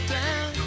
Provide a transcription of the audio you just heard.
down